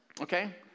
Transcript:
Okay